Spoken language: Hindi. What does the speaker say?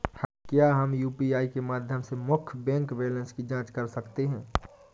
क्या हम यू.पी.आई के माध्यम से मुख्य बैंक बैलेंस की जाँच कर सकते हैं?